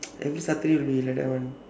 every saturday we like that [one]